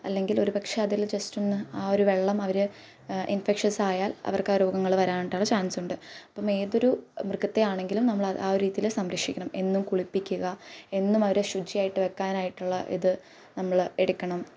അല്ലെങ്കിൽ ഒരുപക്ഷെ അതിൽ ജസ്റ്റ് ഒന്ന് ആ ഒരു വെള്ളം അവർ ഇൻഫെക്ഷസ് ആയാൽ അവർക്ക് ആ രോഗങ്ങൾ വരാനായിട്ടുള്ള ചാൻസ് ഉണ്ട് അപ്പം ഏതൊരു മൃഗത്തെയാണെങ്കിലും നമ്മളാ ആ ഒരു രീതിയിൽ സംരക്ഷിക്കണം എന്നും കുളിപ്പിക്കുക എന്നും അവരെ ശുചിയായിട്ട് വെക്കാനായിട്ടുള്ള ഇത് നമ്മൾ എടുക്കണം